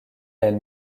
elle